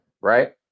right